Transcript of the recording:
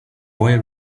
boy